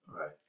right